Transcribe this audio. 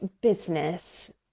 business